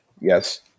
Yes